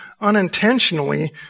unintentionally